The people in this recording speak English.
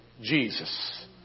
Jesus